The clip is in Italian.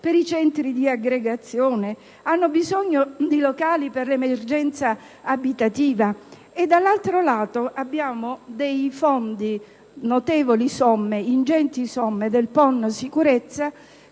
per i centri di aggregazione; hanno bisogno di locali per l'emergenza abitativa. Dall'altro lato, abbiamo dei fondi, delle ingenti somme del Programma